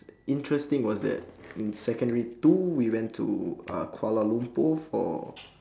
interesting was that in secondary two we went to uh kuala-lumpur for